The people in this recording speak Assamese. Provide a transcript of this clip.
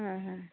হয় হয়